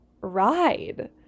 ride